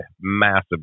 massive